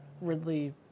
Ridley